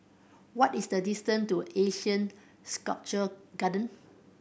what is the distant to ASEAN Sculpture Garden